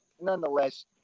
nonetheless